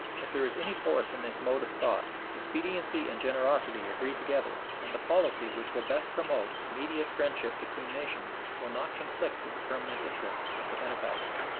if there is any force in this mode of thought, expediency and generosity agree together, and the policy which will best promote immediate friendship between nations will not conflict with the permanent interests of the benefactor.